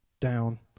down